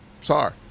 Sorry